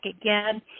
again